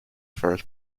first